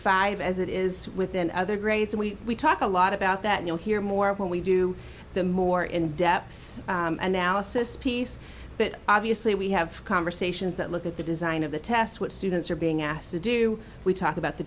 five as it is within other grades and we talk a lot about that you'll hear more when we do the more in depth analysis piece but obviously we have conversations that look at the design of the test what students are being asked to do we talk about the